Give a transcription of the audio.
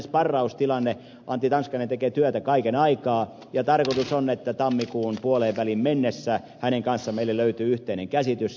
antti tanskanen tekee työtä kaiken aikaa ja tarkoitus on että tammikuun puoleenväliin mennessä hänen kanssaan meille löytyy yhteinen käsitys